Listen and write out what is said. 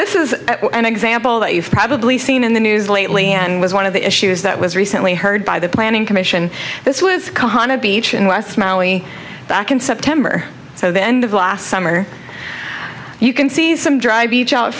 this is an example that you've probably seen in the news lately and was one of the issues that was recently heard by the planning commission this was on a beach in west marilee back in september so the end of last summer you can see some dry beach out